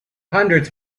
hundreds